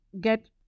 get